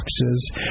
boxes